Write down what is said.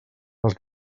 els